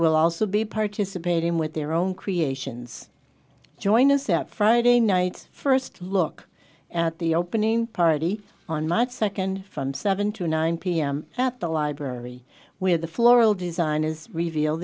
will also be participating with their own creations join us that friday night first look at the opening party on march second from seven to nine pm at the library where the floral designers reveal